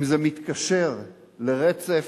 אם זה מתקשר לרצף,